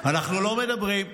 אנחנו לא מדברים,